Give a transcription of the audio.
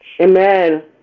Amen